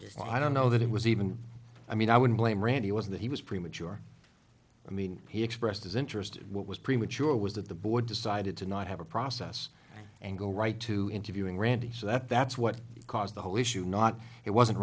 dress well i don't know that it was even i mean i would blame randy was that he was premature i mean he expressed as interested what was premature was that the board decided to not have a process and go right to interviewing randy so that that's what caused the whole issue not it wasn't